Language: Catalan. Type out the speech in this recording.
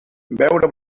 beure